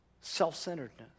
self-centeredness